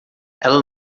ela